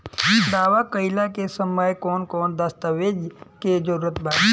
दावा कईला के समय कौन कौन दस्तावेज़ के जरूरत बा?